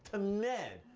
ah men.